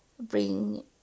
Bring